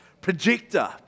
projector